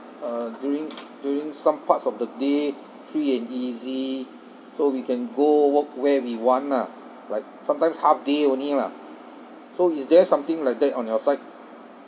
uh during during some parts of the day free and easy so we can go walk where we want lah like sometimes half day only lah so is there something like that on your side